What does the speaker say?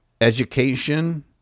education